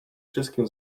wszystkim